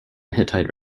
hittite